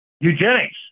eugenics